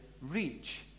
reach